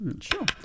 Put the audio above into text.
Sure